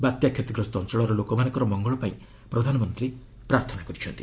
ବାତ୍ୟା କ୍ଷତିଗ୍ରସ୍ତ ଅଞ୍ଚଳର ଲୋକମାନଙ୍କର ମଙ୍ଗଳ ପାଇଁ ପ୍ରଧାନମନ୍ତ୍ରୀ ପ୍ରାର୍ଥନା କରିଛନ୍ତି